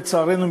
לצערנו,